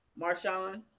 Marshawn